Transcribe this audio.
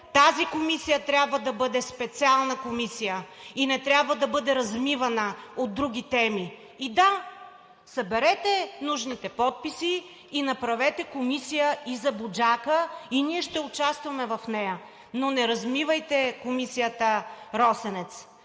тази комисия трябва да бъде специална комисия и не трябва да бъде размивана от други теми. И да, съберете нужните подписи, направете комисия и за Буджака – и ние ще участваме в нея, но не размивайте комисията „Росенец“.